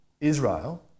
Israel